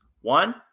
one